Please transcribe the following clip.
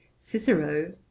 Cicero